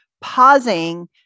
pausing